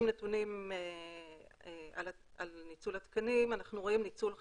נתונים על ניצול התקנים אנחנו רואים ניצול חלקי,